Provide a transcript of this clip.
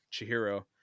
chihiro